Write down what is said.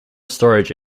storage